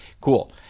Cool